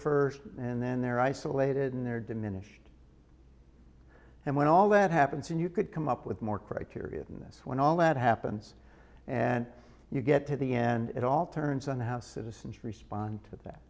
first and then they're isolated and they're diminished and when all that happens and you could come up with more criteria in this when all that happens and you get to the end it all turns on how citizens respond to that